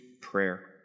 prayer